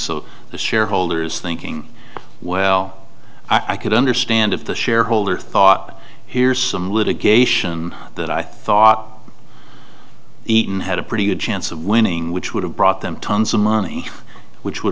so the shareholders thinking well i could understand if the shareholder thought here's some litigation that i thought eaton had a pretty good chance of winning which would have brought them tons of money which would